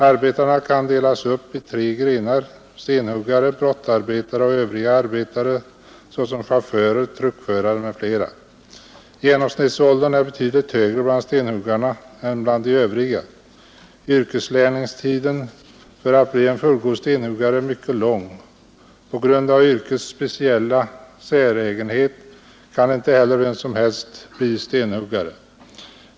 Arbetarna kan delas upp i tre grenar: stenhuggare, brottarbetare och övriga arbetare, t. ex chaufförer, truckförare m.fl. Yrkeslärningstiden för att bli en fullgod stenhuggare är mycket lång. På grund av yrkets speciella säregenhet kan inte heller vem som helst bli stenhuggare.